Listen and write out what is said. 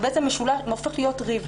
זה הופך להיות ריב.